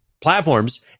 platforms